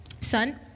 son